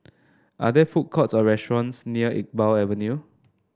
are there food courts or restaurants near Iqbal Avenue